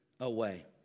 away